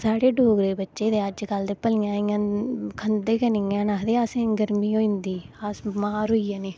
साढ़े डोगरें दे बच्चे ते अजकल ते भलेआं इ'यां खंदे गै नेईं हैन आखदे इ'यां गर्मी होई जंदी अस बमार होई जन्नें